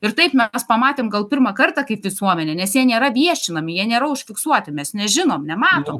ir taip mes pamatėm gal pirmą kartą kaip visuomenė nes jie nėra viešinami jie nėra užfiksuoti mes nežinom nematom